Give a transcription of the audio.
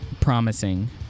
promising